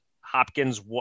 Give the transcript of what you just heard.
Hopkins